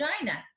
vagina